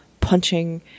punching